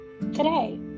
today